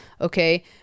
okay